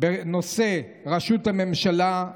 בנושא ראשות הממשלה,